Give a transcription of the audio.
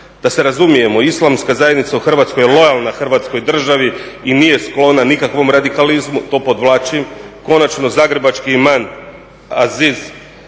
Da se razumijemo, islamska zajednica u Hrvatskoj je lojalna Hrvatskoj državi i nije sklona nikakvom radikalizmu, to podvlačim. Konačno, zagrebački imam Aziz